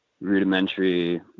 rudimentary